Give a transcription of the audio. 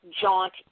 Jaunt